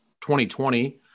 2020